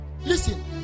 Listen